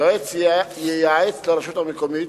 היועץ ייעץ לרשות המקומית,